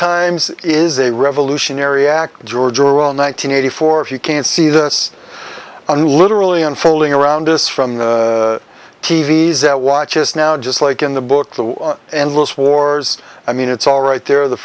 times is a revolutionary act george orwell nine hundred eighty four if you can't see this on literally unfolding around us from the t v s that watches now just like in the book the endless wars i mean it's all right there the